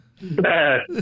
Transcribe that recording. bad